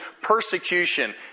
persecution